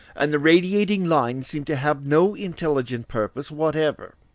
and the radiating lines seem to have no intelligent purpose whatever,